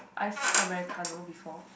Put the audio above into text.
Iced Americano before